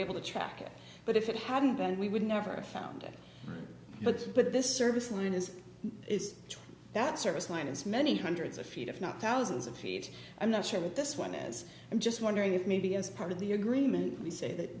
able to track it but if it hadn't been we would never have found it but but this service line is is that service line is many hundreds of feet if not thousands of feet i'm not sure that this one is i'm just wondering if maybe as part of the agreement we say that